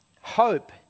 Hope